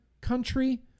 country